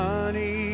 Honey